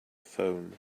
phone